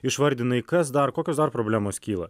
išvardinai kas dar kokios dar problemos kyla